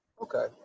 okay